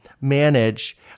manage